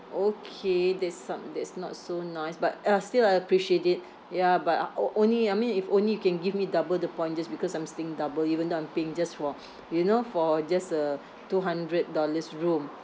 okay that's um that's not so nice but uh still I appreciate it ya but uh o~ only I mean if only you can give me double the point just because I'm staying double even though I'm paying just for you know for just a two hundred dollars room